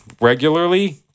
regularly